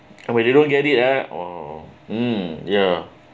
and when they don't get it uh oh um ya